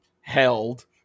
held